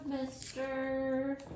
mister